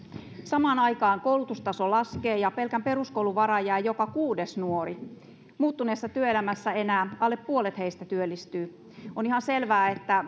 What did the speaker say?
samaan aikaan koulutustaso laskee ja pelkän peruskoulun varaan jää joka kuudes nuori muuttuneessa työelämässä enää alle puolet heistä työllistyy on ihan selvää että